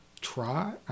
try